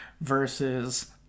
versus